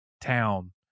town